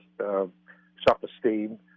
self-esteem